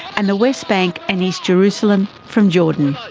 and the west bank and east jerusalem from jordan.